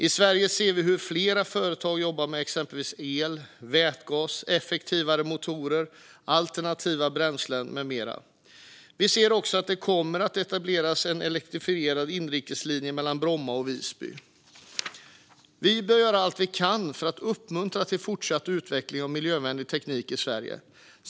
I Sverige ser vi hur flera företag jobbar med exempelvis el, vätgas, effektivare motorer, alternativa bränslen med mera. Vi ser också att det kommer att etableras en elektrifierad inrikeslinje mellan Bromma och Visby. Vi bör göra allt vi kan för att uppmuntra till fortsatt utveckling av miljövänlig teknik i Sverige.